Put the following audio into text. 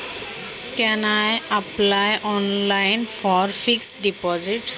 मी मुदत ठेवीसाठी ऑनलाइन अर्ज करू शकतो का?